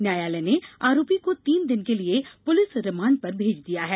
न्यायालय ने आरोपी को तीन दिन के लिए पुलिस रिमांड पर भेज दिया है